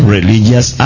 religious